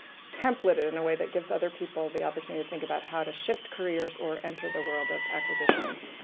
templated in a way that gives other people the opportunity to think about how to shift careers or enter the world of acquisitions.